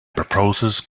proposes